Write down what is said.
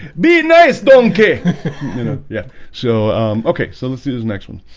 be nice bunkie you know yeah, so okay, so the students next one